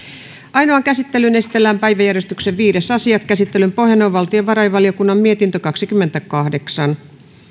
ainoaan käsittelyyn esitellään päiväjärjestyksen viides asia käsittelyn pohjana on valtiovarainvaliokunnan mietintö kaksikymmentäkahdeksan